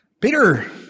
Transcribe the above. Peter